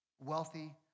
wealthy